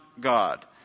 God